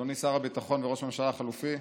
אדוני שר הביטחון וראש הממשלה החליפי,